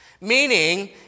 Meaning